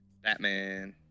Batman